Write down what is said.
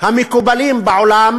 המקובלים בעולם